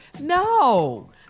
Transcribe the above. No